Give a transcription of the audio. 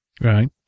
Right